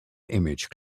image